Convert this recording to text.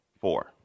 four